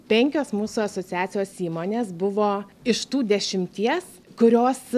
penkios mūsų asociacijos įmonės buvo iš tų dešimties kurios